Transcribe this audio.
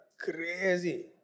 crazy